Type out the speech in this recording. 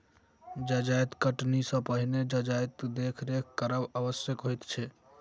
जजाति कटनी सॅ पहिने जजातिक देखरेख करब आवश्यक होइत छै